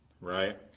right